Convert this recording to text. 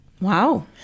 Wow